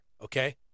Okay